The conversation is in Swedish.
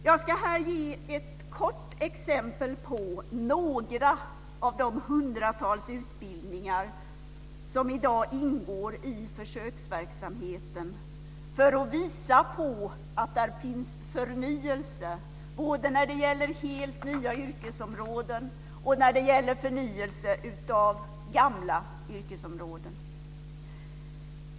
Jag ska här ge exempel på några av de hundratals utbildningar som i dag ingår i försöksverksamheten för att visa på att det finns förnyelse genom helt nya yrkesområden och förnyelse av gamla yrkesområden.